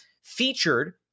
featured